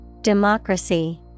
Democracy